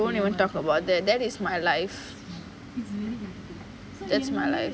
don't even talk about that that is my life that's my life